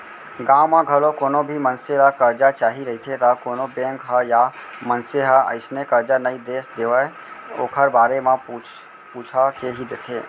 गाँव म घलौ कोनो भी मनसे ल करजा चाही रहिथे त कोनो बेंक ह या मनसे ह अइसने करजा नइ दे देवय ओखर बारे म पूछ पूछा के ही देथे